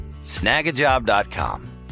Snagajob.com